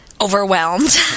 overwhelmed